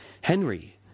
Henry